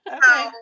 Okay